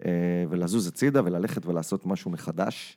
ולזוז הצידה וללכת ולעשות משהו מחדש.